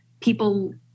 people